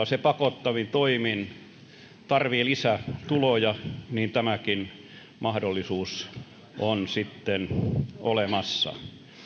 se pakottavin toimin tarvitsee lisätuloja niin tämäkin mahdollisuus on sitten olemassa